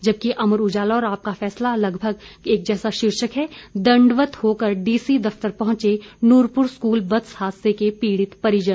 जबकि अमर उजाला और आपका फैसला का लगभग एक जैसा शीर्षक है दंडवत होकर डीसी दफ्तर पहुंचे नूरपुर स्कूल बस हादसे के पीड़ित परिजन